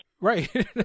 Right